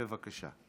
בבקשה.